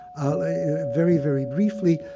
like very, very briefly,